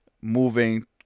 moving